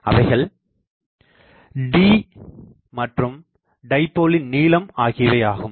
அவைகள் d மற்றும் டைபோலின் நீளம் ஆகியவையாகும்